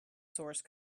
source